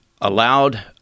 allowed